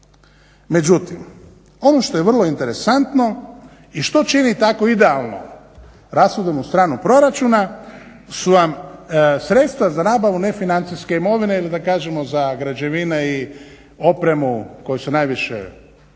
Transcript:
Međutim, ono što je vrlo interesantno i što čini takvu idealnu rashodovnu stranu proračuna su vam sredstva za nabavu nefinancijske imovine ili da kažemo za građevine i opremu koju su najviše praktički